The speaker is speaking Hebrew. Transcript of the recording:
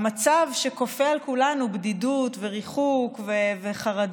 המצב, שכופה על כולנו בדידות וריחוק וחרדות,